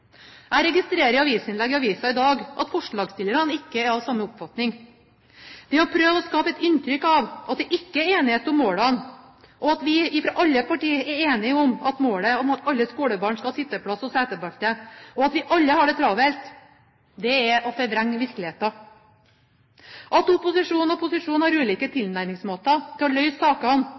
Jeg registrerer i innlegg i avisen i dag at forslagsstillerne ikke er av samme oppfatning. Det å prøve å skape et inntrykk av at det ikke er enighet om målene, at ikke alle partier er enige om målet om at alle skolebarn skal ha sitteplass og setebelte, og at ikke alle har det travelt, er å forvrenge virkeligheten. At opposisjon og posisjon har ulike tilnærmingsmåter til å